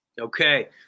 Okay